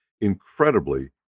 incredibly